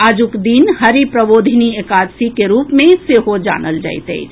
आजुक दिन हरि प्रबोधिनी एकादशी के रूप मे सेहो जानल जाइत अछि